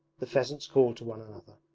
the pheasants called to one another.